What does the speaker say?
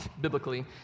biblically